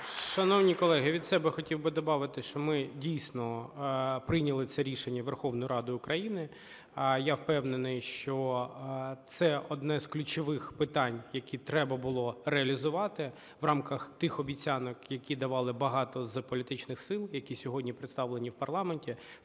Шановні колеги, від себе хотів би добавити, що ми дійсно прийняли це рішення Верховної Ради України. Я впевнений, що це одне з ключових питань, які треба було реалізувати в рамках тих обіцянок, які давали багато з політичних сил, які сьогодні представлені в парламенті.